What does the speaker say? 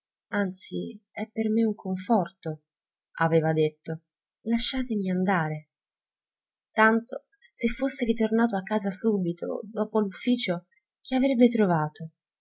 anzi è per me un conforto aveva detto lasciatemi andare tanto se fosse ritornato a casa subito dopo l'ufficio chi avrebbe trovato